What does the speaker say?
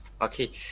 Okay